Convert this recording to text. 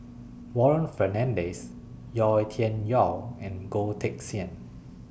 Warren Fernandez Yau Tian Yau and Goh Teck Sian